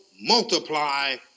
multiply